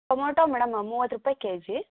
tomato madam ಮೂವತ್ತು ರೂಪಾಯಿ K G